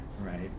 Right